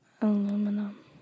Aluminum